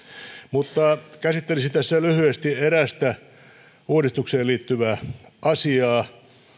mutta käsittelisin tässä lyhyesti erästä uudistukseen liittyvää asiaa